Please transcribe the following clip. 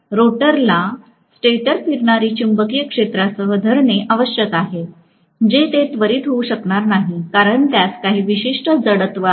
रोटरला स्टेटर फिरणारी चुंबकीय क्षेत्रासह धरणे आवश्यक आहे जे ते त्वरित होऊ शकणार नाही कारण त्यास काही विशिष्ट जडत्व आहे